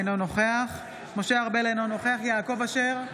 אינו נוכח משה ארבל, אינו נוכח יעקב אשר,